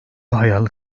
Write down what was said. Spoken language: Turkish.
hayal